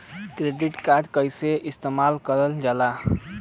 Credit card कईसे इस्तेमाल करल जाला?